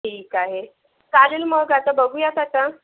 ठीक आहे चालेल मग आता बघूयात आता